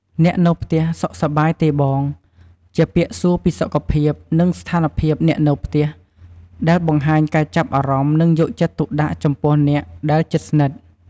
អ្នកនៅផ្ទះសុខសប្បាយទេបង? ជាពាក្យសួរពីសុខភាព និងស្ថានភាពអ្នកនៅផ្ទះ ដែលបង្ហាញការចាប់អារម្មណ៍ និងយកចិត្តទុកដាក់ចំពោះអ្នកដែលជិតស្និទ្ធ។